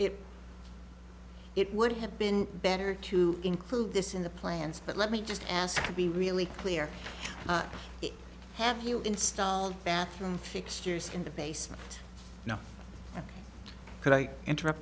it would have been better to include this in the plans but let me just ask to be really clear have you installed bathroom fixtures in the basement now could i interrupt